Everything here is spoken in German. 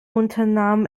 unternahm